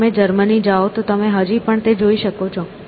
જો તમે જર્મની જાઓ તો તમે હજી પણ તે જોઈ શકો છો